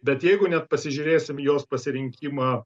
bet jeigu net pasižiūrėsim jos pasirinkimą